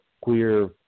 queer